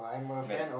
man